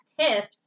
tips